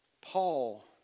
Paul